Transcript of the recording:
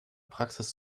praxis